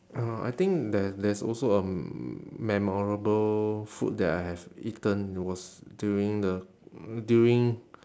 uh I think there there's also a memorable food that I have eaten was during the during